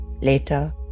Later